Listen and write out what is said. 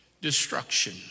destruction